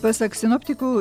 pasak sinoptikų